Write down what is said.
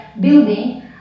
building